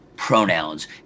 Pronouns